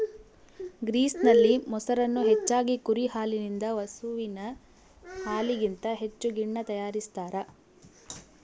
ಗ್ರೀಸ್ನಲ್ಲಿ, ಮೊಸರನ್ನು ಹೆಚ್ಚಾಗಿ ಕುರಿ ಹಾಲಿನಿಂದ ಹಸುವಿನ ಹಾಲಿಗಿಂತ ಹೆಚ್ಚು ಗಿಣ್ಣು ತಯಾರಿಸ್ತಾರ